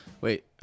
wait